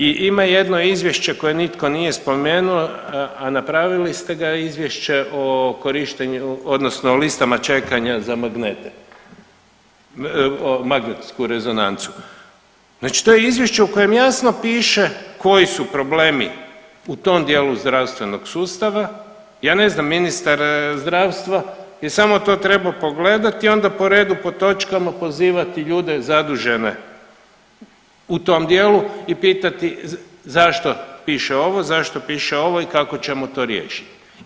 I ima jedno izvješće koje nitko nije spomenuo, a napravili ste ga, izvješće o korištenju odnosno listama čekanja za magnete, magnetsku rezonancu, znači to je izvješće u kojem jasno piše koji su problemi u tom dijelu zdravstvenog sustava, ja ne znam ministar zdravstva je samo to trebao pogledati i onda po redu po točkama pozivati ljude zadužene u tom dijelu i pitati zašto piše ovo, zašto piše ovo i kako ćemo to riješiti.